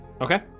Okay